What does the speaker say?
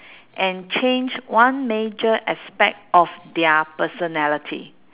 and change one major aspect of their personality